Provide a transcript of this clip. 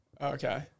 Okay